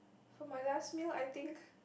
for my last meal I think